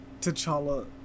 T'Challa